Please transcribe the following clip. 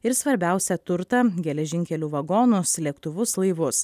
ir svarbiausią turtą geležinkelių vagonus lėktuvus laivus